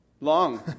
Long